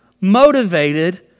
motivated